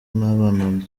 nabana